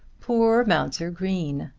poor mounser green!